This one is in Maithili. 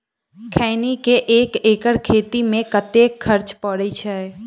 खैनी केँ एक एकड़ खेती मे कतेक खर्च परै छैय?